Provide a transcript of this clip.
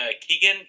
Keegan